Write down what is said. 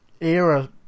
era